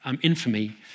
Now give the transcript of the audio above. infamy